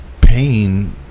pain